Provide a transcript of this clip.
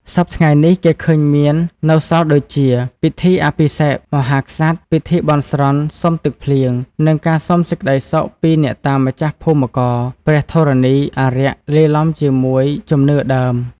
សព្វថ្ងៃ គេឃើញមាននៅសល់ដូចជា ពិធីអភិសេកមហាក្សត្រ ពិធីបន់ស្រន់សុំទឹកភ្លៀង និងការសុំសេចក្តីសុខពីអ្នកតាម្ចាស់ភូមិករ ព្រះធរណី អារក្ស (លាយឡំជាមួយជំនឿដើម)